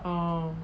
ah